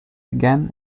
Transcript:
again